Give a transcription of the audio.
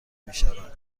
میشود